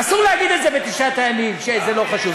אסור להגיד את זה בתשעת הימים, שזה לא חשוב.